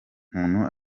umuntu